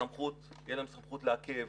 תהיה להם סמכות לעכב,